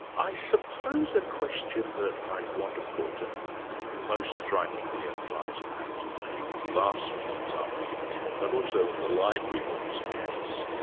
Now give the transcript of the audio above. i suppose a question that i'd want to put and it most strikingly applies perhaps in the last example you've given, but also in the library books case,